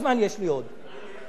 25 שניות קדימה.